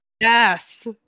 Yes